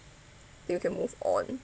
you can move on